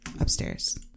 upstairs